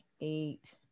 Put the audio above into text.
eight